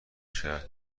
شرط